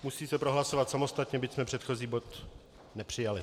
Musí se prohlasovat samostatně, byť jsme předchozí bod nepřijali.